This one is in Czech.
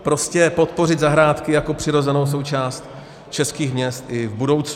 Prostě podpořit zahrádky jako přirozenou součást českých měst i v budoucnu.